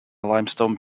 limestone